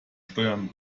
steuern